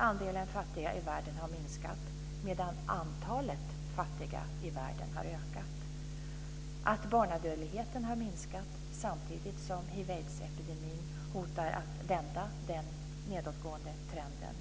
Andelen fattiga i världen har t.ex. minskat, medan antalet fattiga i världen har ökat. Barnadödligheten har minskat samtidigt som hiv/aids-epidemin hotar att vända den nedåtgående trenden.